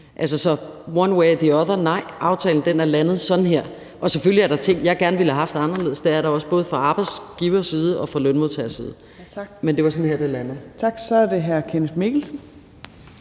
Så one way or the other: Nej, aftalen er landet sådan her. Selvfølgelig er der ting, jeg gerne ville have haft anderledes. Det er der også både fra arbejdsgiverside og fra lønmodtagerside. Men det var sådan her, det landede. Kl. 18:22 Tredje næstformand